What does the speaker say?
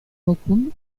mokoum